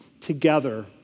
together